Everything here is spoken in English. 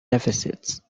deficits